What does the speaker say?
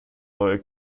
neuer